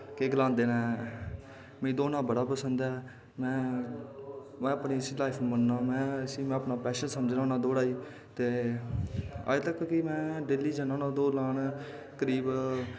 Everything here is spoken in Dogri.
केह् गलांदे न मिगी दौड़ना बड़ा पसंद ऐ में इस्सी अपनी इस्सी में अपना पैशन समझना होना दौड़ा गी अजकल्ल कि में डेल्ली जन्ना होन्ना दौड़ लाह्न करीब